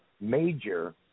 major